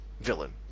villain